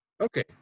Okay